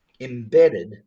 embedded